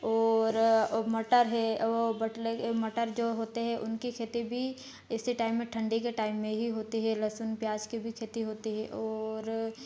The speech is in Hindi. और मटर है वो बत्लेक मटर जो होते हैं उनकी खेती भी इसी टाइम में ठंडी के टाइम में ही होती है लहसुन प्याज की भी खेती होती है और